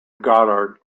goddard